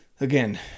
Again